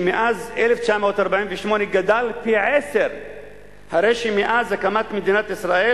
שמאז 1948 גדלה פי-עשרה, הרי מאז הקמת מדינת ישראל